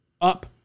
up